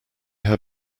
had